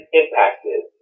impacted